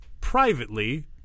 privately